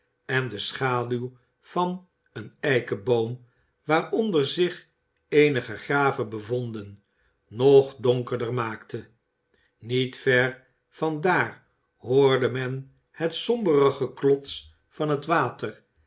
en de schaduw van een eikenboom waaronder zich eenige graven bevonden nog donkerder maakte niet ver van daar hoorde men het sombere geklots van het water